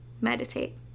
Meditate